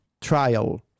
trial